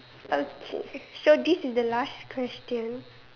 okay so this is the last question